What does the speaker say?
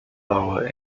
lower